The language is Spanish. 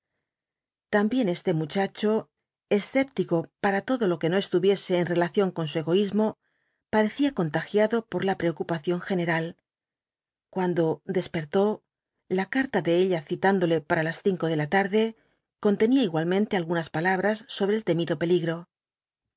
también este muchacho escéptico para todolo que no estuviese en relación con su egoísmo parecía contagiado por la preocupación general cuando despertó la carta de ella citándole para las cinco de la tarde contenía igualmente algunas palabras sobre el temido peligro